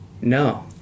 no